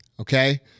okay